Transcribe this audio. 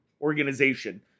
organization